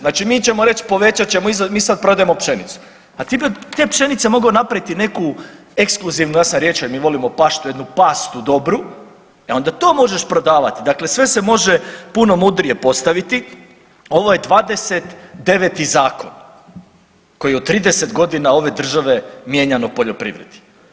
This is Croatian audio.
Znači mi ćemo reći povećat ćemo, mi sad prodajemo pšenice, a ti bi od te pšenice mogao napraviti neku, ekskluzivnu, ja sam Riječanin, volimo paštu, jednu pastu dobru, e onda to možeš prodavati, dakle sve se može puno mudrije postaviti, ovo je 29. zakon koji je u 30 godina ove države mijenjan o poljoprivredi.